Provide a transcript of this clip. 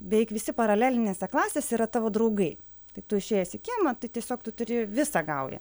beveik visi paralelinėse klasėse yra tavo draugai tai tu išėjęs į kiemą tai tiesiog tu turi visą gaują